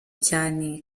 cyane